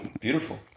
Beautiful